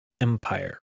Empire